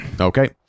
Okay